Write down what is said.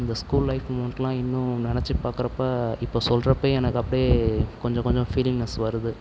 அந்த school life மூமென்ட்லாம் இன்னும் நெனச்சு பார்க்கறப்ப இப்போ சொல்றப்போயே எனக்கு அப்படியே கொஞ்சம் கொஞ்சம் ஃபீலிங்க்னஸ் வருது